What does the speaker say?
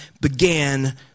began